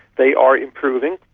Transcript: they are improving,